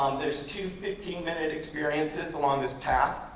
um there's two fifteen minute experiences along this path.